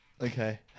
Okay